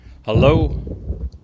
hello